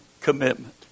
commitment